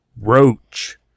roach